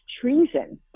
treason